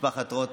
משפחת רוט,